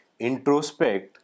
introspect